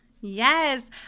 Yes